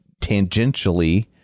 tangentially